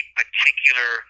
particular